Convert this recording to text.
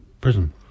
prison